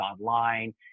online